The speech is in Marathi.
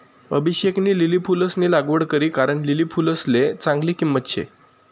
अभिषेकनी लिली फुलंसनी लागवड करी कारण लिली फुलसले चांगली किंमत शे